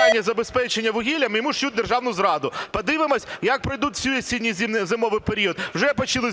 вирішити питання забезпечення вугіллям, йому "шиють" державну зраду. Подивимось, як пройде цей осінньо-зимовий період. Вже почали